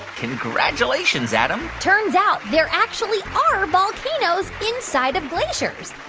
congratulations, adam turns out there actually are volcanoes inside of glaciers.